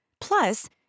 Plus